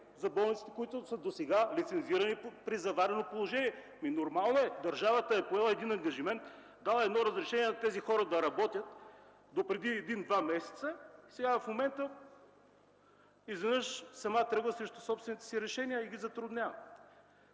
за болниците, които са досега лицензирани, при заварено положение. Нормално е, държавата е поела един ангажимент, дала е едно разрешение на тези хора да работят допреди 1-2 месеца и сега в момента изведнъж тръгва сама срещу собствените си решения и ги затруднява.